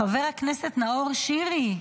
חבר הכנסת נאור שירי,